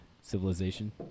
civilization